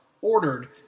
ordered